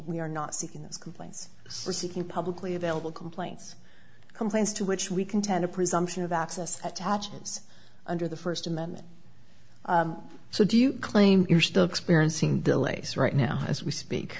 we are not seeking those complaints we're seeking publicly available complaints complaints to which we contend a presumption of access attachments under the first amendment so do you claim you're still experiencing delays right now as we speak